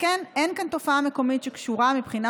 שכן אין כאן תופעה מקומית שקשורה מבחינה